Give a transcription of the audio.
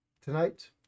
tonight